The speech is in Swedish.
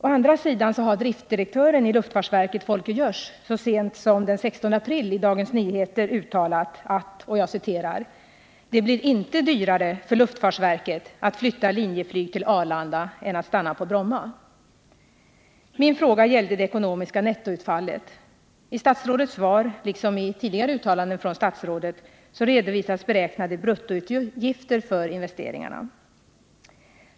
Å andra sidan har driftdirektören i luftfartsverket, Folke Görs, så sent som den 16 april uttalat i Dagens Nyheter: ”Men det blir inte dyrare för oss att flytta Linjeflyg till Arlanda än att stanna på Bromma —-—-=-.” Min fråga gällde det ekonomiska nettoutfallet. I statsrådets svar — liksom i tidigare uttalanden från statsrådet — redovisas beräknade bruttoutgifter för investeringar.